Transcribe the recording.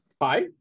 Hi